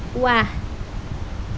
ৱাহ